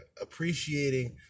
appreciating